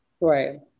Right